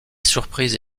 surprise